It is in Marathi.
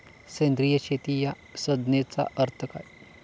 सेंद्रिय शेती या संज्ञेचा अर्थ काय?